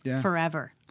forever